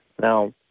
Now